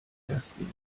ersten